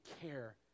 care